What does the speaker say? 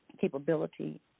capability